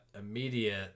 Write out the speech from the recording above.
immediate